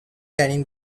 canning